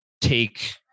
take